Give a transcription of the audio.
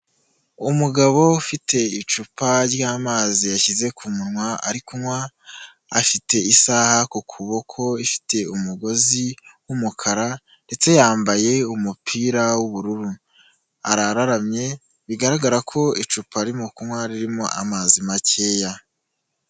Umugabo ufite icupa ry'amazi yashyize ku munwa ari kunywa, afite isaha ku kuboko ifite umugozi w'umukara ndetse yambaye umupira w'ubururu, arararamye bigaragara ko icupa arimo kunywa ririmo amazi makeya.